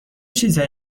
چیزهای